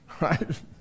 Right